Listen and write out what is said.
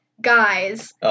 guys